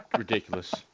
Ridiculous